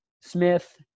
Smith